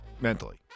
mentally